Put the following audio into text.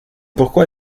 pourquoi